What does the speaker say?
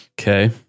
Okay